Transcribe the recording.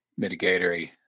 mitigatory